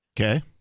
Okay